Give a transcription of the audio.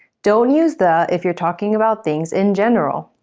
don't use the if you're talking about things in general.